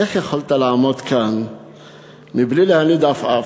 איך יכולת לעמוד כאן מבלי להניד עפעף?